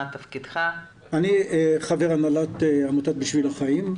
אני חבר הנהלת עמותת "בשביל החיים".